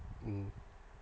mm